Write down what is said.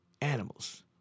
animals